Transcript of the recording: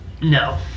No